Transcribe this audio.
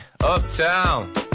Uptown